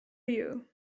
you